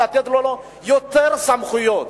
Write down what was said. לתת לו יותר סמכויות.